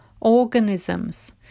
organisms